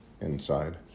inside